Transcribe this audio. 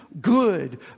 good